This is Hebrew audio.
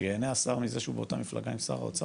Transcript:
שייהנה השר מזה שהוא באותה מפלגה עם שר האוצר,